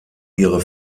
ihre